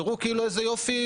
תראו איזה יופי,